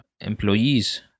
employees